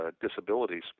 disabilities